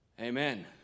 Amen